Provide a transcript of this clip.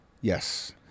Yes